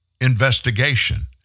investigation